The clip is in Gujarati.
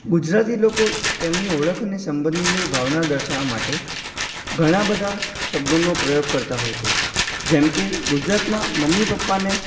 ગુજરાતી લોકો તેમની ઓળખને સંબંધની ભાવના દર્શાવવા માટે ઘણા બધા શબ્દોનો પ્રયોગ કરતા હોય છે જેમકે ગુજરાતમાં મમ્મી પપ્પાને